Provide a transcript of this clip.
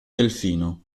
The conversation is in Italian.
delfino